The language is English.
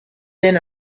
been